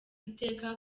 iteka